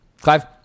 Clive